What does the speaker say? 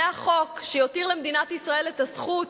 זה החוק שיותיר למדינת ישראל את הזכות